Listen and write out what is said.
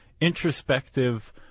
introspective